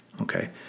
Okay